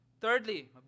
Thirdly